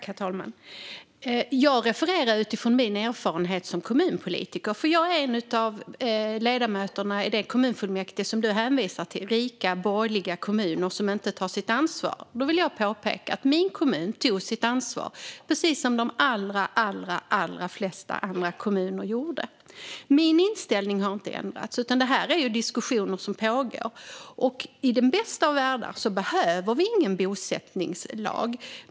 Herr talman! Jag talar utifrån min erfarenhet som kommunpolitiker. Jag är en av ledamöterna i det kommunfullmäktige som du hänvisar till, det vill säga rika, borgerliga kommuner som inte tar sitt ansvar. Då vill jag påpeka att min kommun tog sitt ansvar, precis som de allra flesta andra kommuner gjorde. Min inställning har inte ändrats, utan det här är pågående diskussioner. I den bästa av världar behöver vi ingen bosättningslag.